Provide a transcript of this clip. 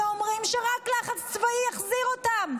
ואומרים שרק לחץ צבאי יחזיר אותם,